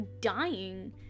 dying